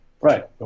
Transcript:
Right